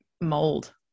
mold